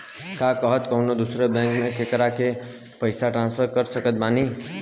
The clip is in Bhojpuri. का हम कउनों दूसर बैंक से केकरों के पइसा ट्रांसफर कर सकत बानी?